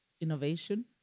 innovation